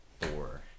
four